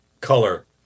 color